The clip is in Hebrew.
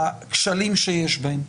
הכשלים שיש בהם.